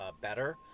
better